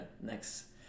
next